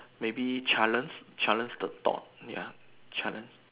maybe challenge challenge the thought ya challenge